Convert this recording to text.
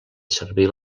servir